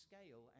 scale